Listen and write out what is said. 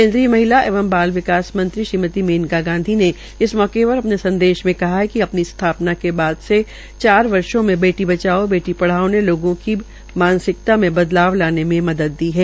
केनद्रीय महिला एवं बाल विकास मंत्री श्रीमती मेनका गांधी ने इस मौके पर संदेश में कहा है कि अपनी स्थापना के बाद से चार वर्षो में बेटी बचाओं बेटी पढ़ाओ ने लोगों की मानसिकता में बदलाव लाने में मदद दी है